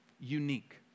unique